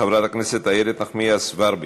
חברת הכנסת איילת נחמיאס ורבין,